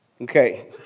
Okay